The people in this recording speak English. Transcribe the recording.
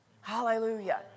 Hallelujah